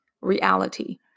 reality